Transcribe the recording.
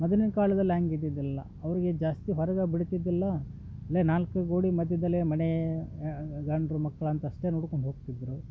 ಮೊದಲಿನ ಕಾಲದಲ್ಲಿ ಹಾಗಿದ್ದಿದ್ದಿಲ್ಲ ಅವ್ರ್ಗೆ ಜಾಸ್ತಿ ಹೊರ್ಗ ಬಿಡ್ತಿದ್ದಿಲ್ಲ ಅಂದರೆ ನಾಲ್ಕು ಗೋಡೆ ಮಧ್ಯದಲ್ಲೇ ಮನೆ ಗಂಡ್ರು ಮಕ್ಳಂತೂ ಅಷ್ಟೆ ನೋಡ್ಕೊಂಡು ಹೋಗ್ತಿದ್ದರು